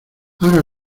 haga